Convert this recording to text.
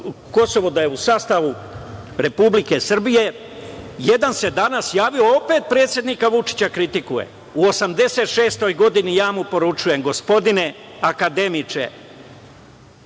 da je u sastavu Republike Srbije, jedan se danas javio, opet predsednika Vučića kritikuje, u 86 godini. Ja mu poručujem – gospodine akademiče,